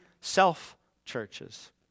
self-churches